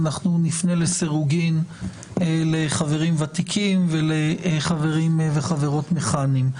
נפנה לסירוגין לחברים ותיקים ולחברים וחברות מכהנים.